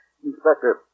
Inspector